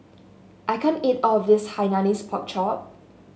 I can't eat all of this Hainanese Pork Chop